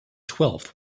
twelfth